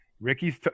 Ricky's